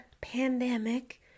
pandemic